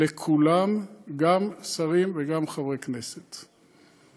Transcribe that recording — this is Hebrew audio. כולם, גם שרים וגם חברי הכנסת.